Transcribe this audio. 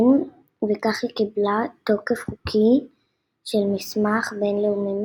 וכך היא קיבלה תוקף חוקי של מסמך בינלאומי מחייב.